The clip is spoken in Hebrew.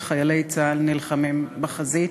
כשחיילי צה"ל נלחמים בחזית.